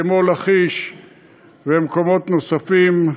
כמו לכיש ומקומות נוספים,